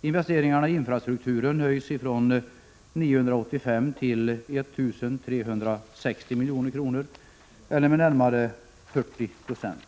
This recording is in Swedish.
Investeringarna i infrastrukturen höjs från 985 till 1360 milj.kr. eller med närmare 40 96.